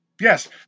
yes